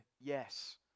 yes